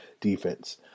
defense